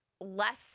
less